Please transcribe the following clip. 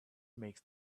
makes